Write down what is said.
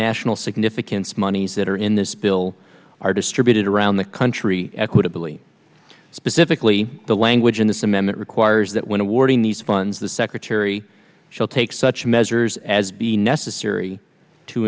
national significance monies that are in this bill are distributed around the country equitably specifically the language in this amendment requires that when awarding these funds the secretary shall take such measures as be necessary to